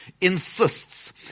insists